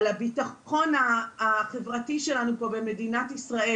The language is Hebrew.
על הבטחון החברתי שלנו פה במדינת ישראל.